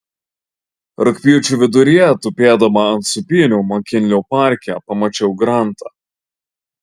rugpjūčio viduryje tupėdama ant sūpynių makinlio parke pamačiau grantą